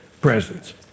presence